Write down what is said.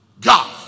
God